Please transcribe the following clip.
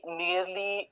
nearly